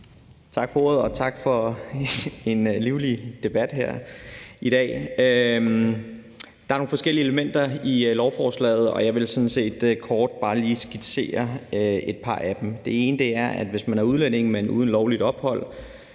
Tak for ordet, og tak for en livlig debat her i dag. Der er nogle forskellige elementer i lovforslaget, og jeg vil sådan set kort bare lige skitsere et par af dem. Det ene er, at hvis man er udlænding, men uden lovligt ophold,